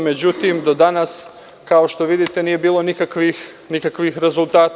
Međutim, do danas kao što vidite nije bilo nikakvih rezultata.